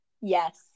Yes